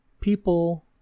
People